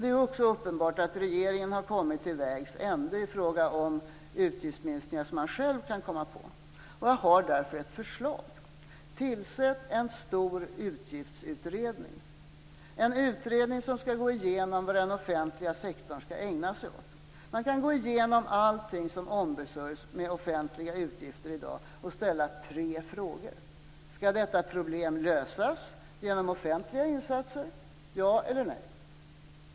Det är också uppenbart att regeringen har kommit till vägs ände i fråga om utgiftsminskningar som den själv kan komma på. Jag har därför ett förslag. Tillsätt en stor utgiftsutredning som skall gå igenom vad den offentliga sektorn skall ägna sig åt. Man kan gå igenom allt som ombesörjs med offentliga utgifter i dag och ställa tre frågor: Skall detta problem lösas genom offentliga insatser? Ja eller nej.